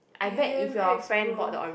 damn ex bro